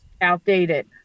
outdated